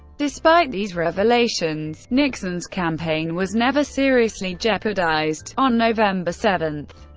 despite these revelations, nixon's campaign was never seriously jeopardized on november seven,